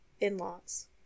in-laws